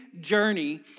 journey